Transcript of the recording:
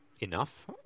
enough